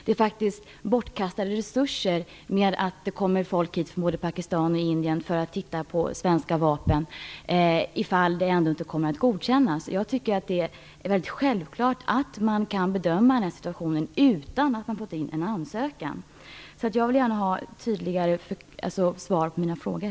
Det är ett slöseri med resurser att låta personer komma hit från Pakistan och Indien för att titta på svenska vapen, om affärerna ändå inte kommer att godkännas. Jag tycker att det är självklart att man kan bedöma situationen utan att det har kommit in en ansökan. Jag vill gärna få tydligare svar på mina frågor.